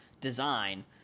design